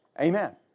Amen